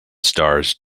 stars